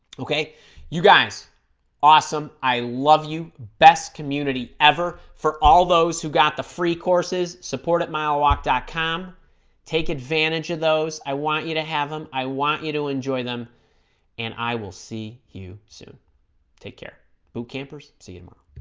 okay you guys awesome i love you best community ever for all those who got the free courses support at mile walk com take advantage of those i want you to have them i want you to enjoy them and i will see you soon take care boot campers see you tomorrow